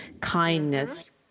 kindness